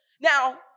Now